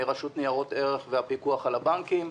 מרשות ניירות ערך ומהפיקוח על הבנקים.